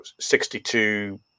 62